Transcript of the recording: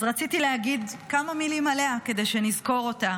אז רציתי להגיד כמה מילים עליה כדי שנזכור אותה,